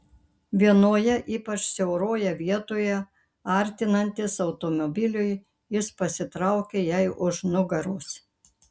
vienoje ypač siauroje vietoje artinantis automobiliui jis pasitraukė jai už nugaros